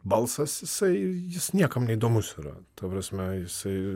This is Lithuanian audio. balsas jisai jis niekam neįdomus yra ta prasme jisai